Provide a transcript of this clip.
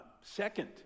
second